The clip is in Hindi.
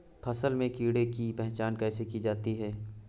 फसल में कीड़ों की पहचान कैसे की जाती है?